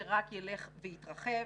שרק ילך ויתרחב.